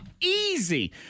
Easy